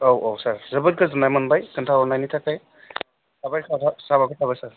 औ औ सार जोबोद गोजोन्नाय मोनबाय खोन्था हरनायनि थाखाय साबाय थाबाय साबायखर थाबाय सार